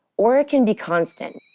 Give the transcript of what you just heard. or it can be constant,